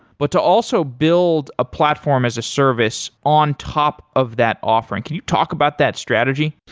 but to also build a platform as a service on top of that offering. can you talk about that strategy?